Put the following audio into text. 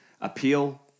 appeal